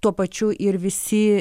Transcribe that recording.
tuo pačiu ir visi